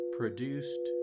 produced